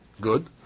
good